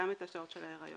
גם את השעות של ההיריון.